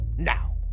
Now